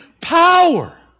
power